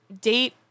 date